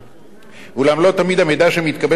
אולם לא תמיד המידע שמתקבל ממועצת הביטחון